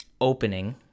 opening